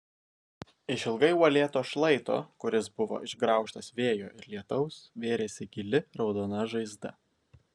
išilgai uolėto šlaito kuris buvo išgraužtas vėjo ir lietaus vėrėsi gili raudona žaizda